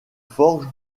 forge